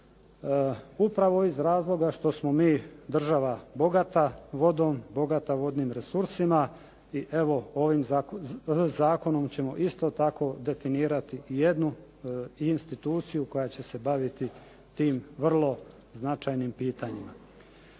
upravo iz razloga što smo mi država bogata vodom, bogata vodnim resursima i evo ovim zakonom ćemo isto tako definirati i jednu instituciju koja će se baviti tim vrlo značajnim pitanjima.